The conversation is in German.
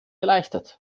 erleichtert